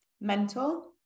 mental